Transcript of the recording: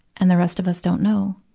and the rest of us don't know.